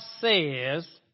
says